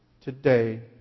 today